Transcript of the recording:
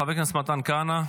חבר הכנסת מתן כהנא,